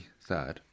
third